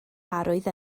arwydd